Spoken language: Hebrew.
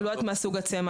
אני לא יודעת מהו סוג הצמח.